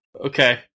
Okay